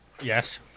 Yes